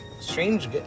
strange